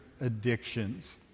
addictions